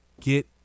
get